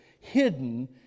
hidden